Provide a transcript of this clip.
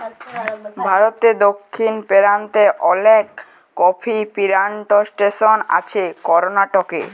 ভারতে দক্ষিণ পেরান্তে অলেক কফি পিলানটেসন আছে করনাটকে